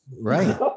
right